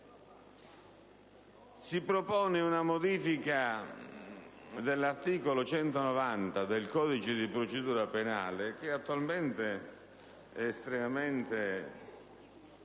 Si propone una modifica dell'articolo 190, comma 1, del codice di procedura penale, che attualmente è estremamente laconico